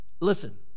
Listen